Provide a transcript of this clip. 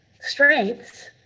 strengths